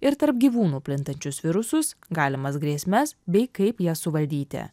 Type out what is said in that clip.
ir tarp gyvūnų plintančius virusus galimas grėsmes bei kaip jas suvaldyti